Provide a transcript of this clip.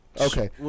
Okay